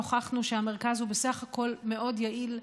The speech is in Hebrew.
נוכחנו שהמרכז בסך הכול מאוד יעיל,